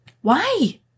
Why